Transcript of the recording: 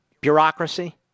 bureaucracy